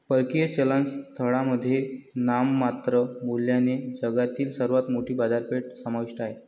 परकीय चलन स्थळांमध्ये नाममात्र मूल्याने जगातील सर्वात मोठी बाजारपेठ समाविष्ट आहे